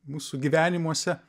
mūsų gyvenimuose